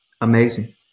amazing